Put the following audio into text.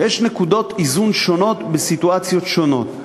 ויש נקודות איזון שונות בסיטואציות שונות.